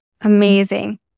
Amazing